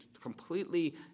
completely